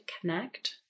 connect